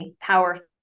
powerful